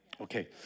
okay